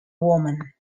woman